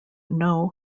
know